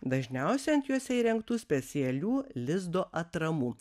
dažniausia ant juose įrengtų specialių lizdo atramų